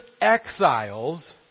exiles